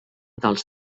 dels